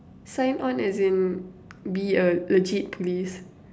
sign on as in be a legit police